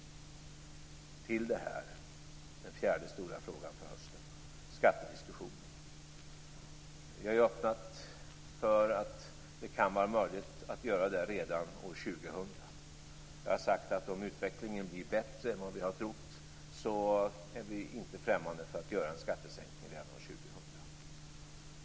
Till det här kommer den fjärde stora frågan för hösten: skattediskussionen. Vi har ju öppnat för att det kan vara möjligt att göra det här redan år 2000. Jag har sagt att vi, om utvecklingen blir bättre än vad vi har trott, inte är främmande för att göra en skattesänkning redan år 2000.